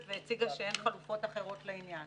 והציגה שאין חלופות אחרות לעניין".